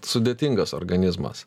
sudėtingas organizmas